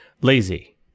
lazy